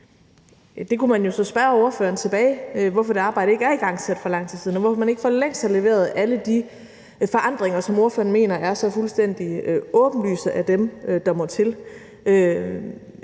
Der kunne man jo så spørge ordføreren tilbage, hvorfor det arbejde ikke er igangsat for lang tid siden, og hvorfor man ikke for længst har leveret alle de forandringer, som ordføreren mener er så fuldstændig åbenlyse er dem, der må til.